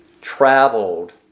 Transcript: traveled